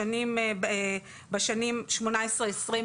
בשנים 18-21,